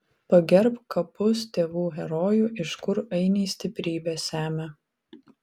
pagerbk kapus tėvų herojų iš kur ainiai stiprybę semia